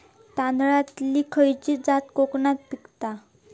तांदलतली खयची जात कोकणात पिकवतत?